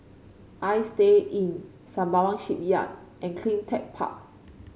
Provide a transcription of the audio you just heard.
Istay Inn Sembawang Shipyard and CleanTech Park